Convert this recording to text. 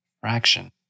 Fraction